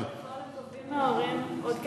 בפועל הם גובים מההורים עוד כסף.